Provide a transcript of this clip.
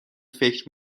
فکر